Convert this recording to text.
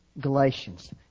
Galatians